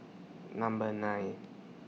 Number nine